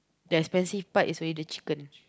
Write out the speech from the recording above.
the expensive part is only the chicken